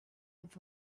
with